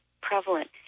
prevalent